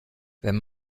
wenn